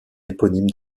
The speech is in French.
éponyme